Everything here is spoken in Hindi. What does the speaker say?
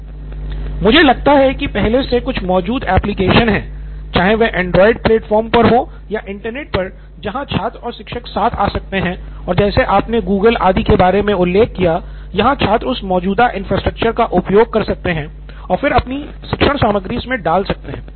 नितिन कुरियन मुझे लगता है कि पहले से कुछ मौजूद एप्लिकेशन हैं चाहे वह एंड्रॉइड प्लेटफॉर्म पर हो या इंटरनेट पर जहां छात्र और शिक्षक साथ आ सकते हैं और जैसे आपने Google आदि के बारे मे उल्लेख किया है जहां छात्र उस मौजूदा इन्फ्रास्ट्रक्चर का उपयोग कर सकते हैं और फिर अपनी शिक्षण सामग्री इसमें डाल सकते हैं